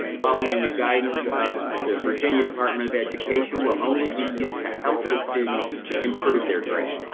following the guidance of the virginia department of education, will only be used to help the students improve their grade.